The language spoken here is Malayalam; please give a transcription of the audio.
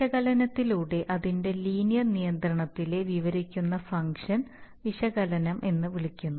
വിശകലനത്തിലൂടെ അതിനെ ലീനിയർ നിയന്ത്രണത്തിലെ വിവരിക്കുന്ന ഫംഗ്ഷൻ വിശകലനം എന്ന് വിളിക്കുന്നു